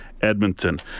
Edmonton